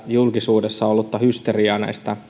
julkisuudessa pientä hysteriaa